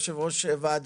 גבירתי יושבת-הראש,